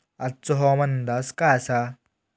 आजचो हवामान अंदाज काय आसा?